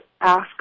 ask